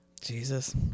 Jesus